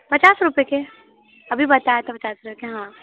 पचास रुपए के अभी बताया था पचास रुपए के हाँ